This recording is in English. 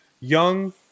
young